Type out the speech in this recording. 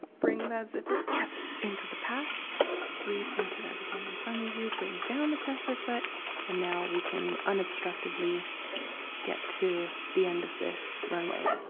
bring that zipper yes! into the past recenter everything in front of you, bring down the presser foot and now we can unobstructedly get to the end of this runway